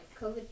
COVID